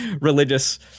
religious